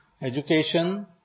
Education